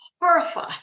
horrified